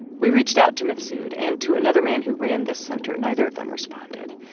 we reached out to mifsud and to another man who ran this center, neither of them responded.